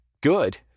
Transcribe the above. good